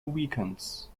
weekends